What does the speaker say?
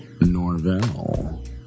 Norvell